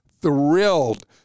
thrilled